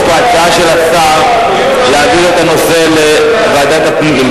יש פה הצעה של השר להעביר את הנושא לוועדת הפנים.